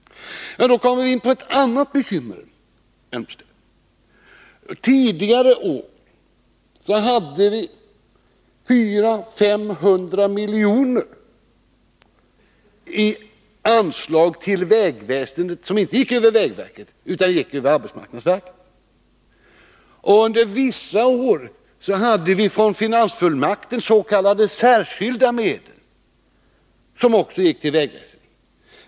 Men då kommer vi in på ett annat bekymmer, Claes Elmstedt. Tidigare år hade vi 400-500 miljoner i anslag till vägväsendet som inte gick över vägverket utan över arbetsmarknadsverket. Under vissa år hade vi från finansfullmakten s.k. särskilda medel som också gick till vägväsendet.